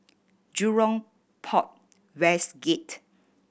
Jurong Port West Gate